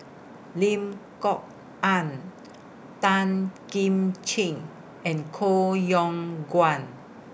Lim Kok Ann Tan Kim Ching and Koh Yong Guan